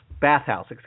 bathhouse